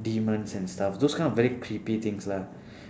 demons and stuff those kind of very creepy things lah